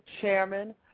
Chairman